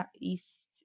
east